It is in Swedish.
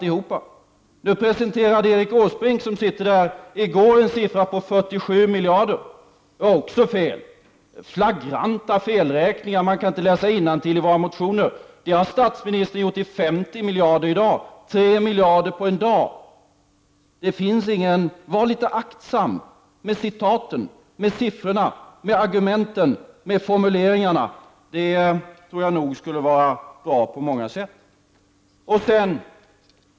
I går presenterade Erik Åsbrink, som sitter här i kammaren, en uppgift om en budgetförsvagning med 47 miljarder. Också det var fel. Det är fråga om flagranta felräkningar. Man kan inte läsa innantill i våra motioner. Detta belopp har statsministern i dag ökat på till 50 miljarder, ett påslag med 3 miljarder på en dag. Var litet aktsam med citaten, siffrorna, argumenten och formuleringarna! Det skulle vara bra på många sätt.